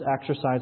exercise